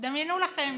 דמיינו לכם